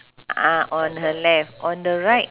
ah on her left on the right